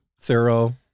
thorough